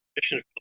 mission